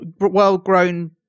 well-grown